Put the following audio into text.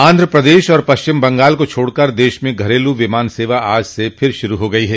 आंध्र प्रदेश और पश्चिम बंगाल को छोड़कर देश में घरेलू विमान सेवा आज से फिर शुरू हो गई है